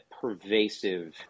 pervasive